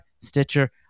Stitcher